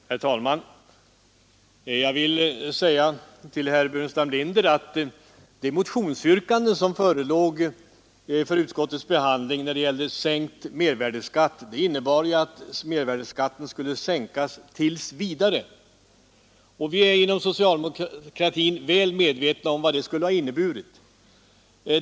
Herr talman! De motionsyrkanden om sänkt mervärdeskatt, herr Burenstam Linder, som förelåg för utskottsbehandling gick ut på att mervärdeskatten skulle sänkas tills vidare. Vi är inom socialdemokratin väl medvetna om vad det skulle ha inneburit.